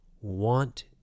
want